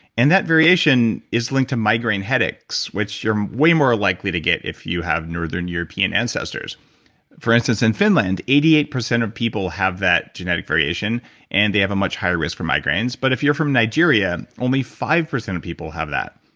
and that variation is linked to migraine headaches, which you're way more likely to get if you have northern european ancestors for instance, in finland, eighty eight percent of people have that genetic variation and they have a much higher risk for migraines. but if you're from nigeria, only five percent of people have that.